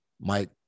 Mike